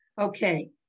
Okay